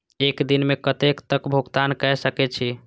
एक दिन में कतेक तक भुगतान कै सके छी